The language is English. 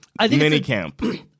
minicamp